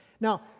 Now